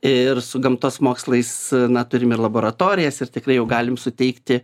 ir su gamtos mokslais na turim ir laboratorijas ir tikrai jau galim suteikti